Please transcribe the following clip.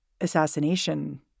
assassination